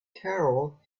carol